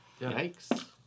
Yikes